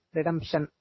Redemption